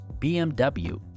BMW